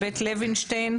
בבית לוינשטיין,